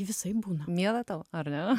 visaip būna miela tau ar ne